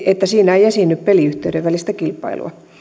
että siinä ei esiinny peliyhtiöiden välistä kilpailua